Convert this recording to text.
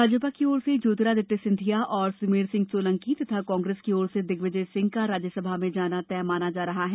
भाजपा की ओर से ज्योतिरादित्य सिंधिया और सुमेर सिंह सोलंकी तथा कांग्रेस की ओर से दिग्विजय सिंह का राज्यसभा में जाना तय माना जा रहा है